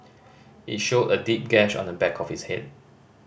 it showed a deep gash on the back of his head